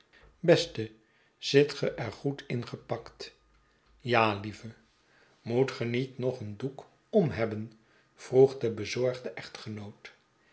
beste zit ge er goed in gepakt ja lieve moet ge niet nog een doek om hebben vroeg de bezorgde echtgenoot